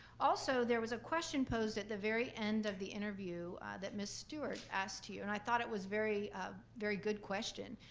also, there was a question posed at the very end of the interview that miss stewart asked you, and i thought it was very ah very good question.